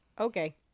Okay